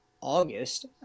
August